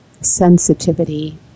sensitivity